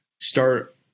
start